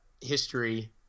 history